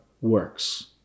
works